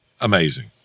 Amazing